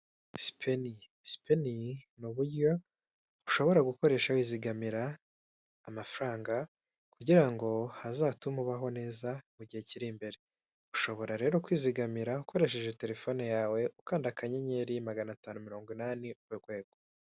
Nimba ufite telefone uzakore uko ushoboye umenye kuyikoresha wandika ibintu byinshi bitandukanye mu mabara atandukanye bizatuma uyibyaza umusaruro uhagije.